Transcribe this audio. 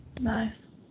Nice